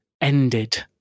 ended